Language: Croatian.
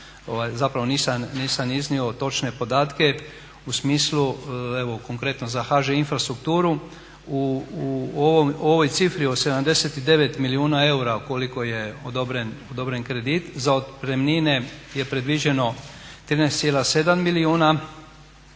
zapravo nisam iznio točne podatke u smislu evo konkretno za HŽ Infrastrukturu. U ovoj cifri od 79 milijuna eura koliko je odobren kredit za otpremnine je predviđeno 13,7 milijuna,